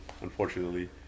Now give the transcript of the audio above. unfortunately